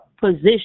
position